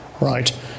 right